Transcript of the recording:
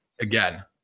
Again